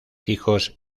hijos